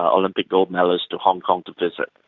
ah olympic gold medallists to hong kong to visit,